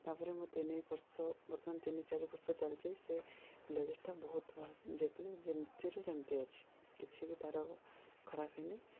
ତା'ପରେ ମୁଁ ତିନି ବର୍ଷ ବର୍ତ୍ତମାନ ତିନି ଚାରି ବର୍ଷ ଚାଲିଛି ସେ ବ୍ଲେଜର୍ଟା ବହୁତ ଯେପରି ଯେମିତିରୁ ସେମିତି ଅଛି କିଛି ବି ତାର ଖରାପ ହେଇନି